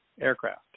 aircraft